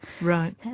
Right